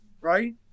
right